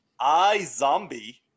iZombie